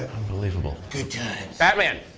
unbelievable good times batman!